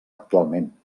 actualment